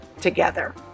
together